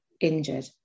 injured